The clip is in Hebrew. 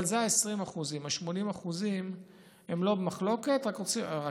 אבל זה ה-20%; ה-80% הם לא במחלוקת, רק